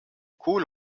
kohle